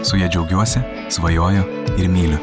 su ja džiaugiuosi svajoju ir myliu